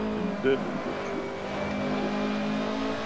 and then it matures, to take as it likes?